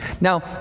Now